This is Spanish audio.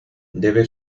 debe